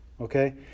okay